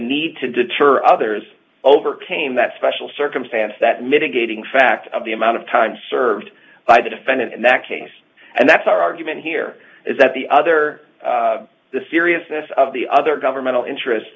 need to deter others overcame that special circumstance that mitigating factor of the amount of time served by the defendant in that case and that's our argument here is that the other the seriousness of the other governmental interest